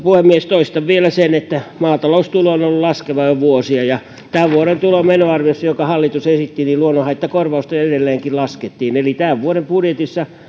puhemies toistan vielä sen että maataloustulo on ollut laskeva jo vuosia ja tämän vuoden tulo ja menoarviossa jonka hallitus esitti luonnonhaittakorvausta edelleenkin laskettiin eli tämän vuoden budjetissa